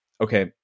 okay